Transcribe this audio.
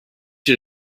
you